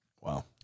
Wow